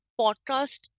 Podcast